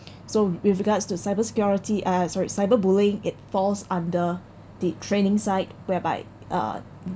so with regards to cyber security uh sorry cyber bullying it falls under the training site whereby uh